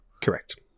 Correct